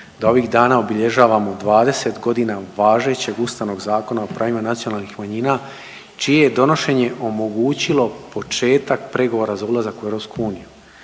da ovih dana obilježavamo 20 godina važećeg Ustavnog zakona o pravima nacionalnih manjina čije je donošenje omogućilo početak pregovora za ulazak u EU